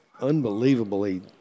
unbelievably